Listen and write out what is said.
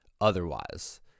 otherwise